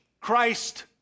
Christ